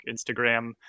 Instagram